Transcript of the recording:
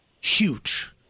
huge